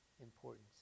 importance